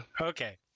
Okay